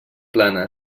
plana